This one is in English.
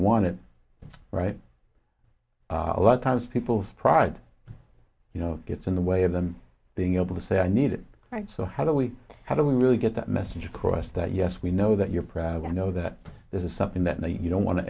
want it right a lot of times people's pride you know it's in the way of them being able to say i need it right so how do we how do we really get that message across that yes we know that you're proud to know that this is something that you don't want to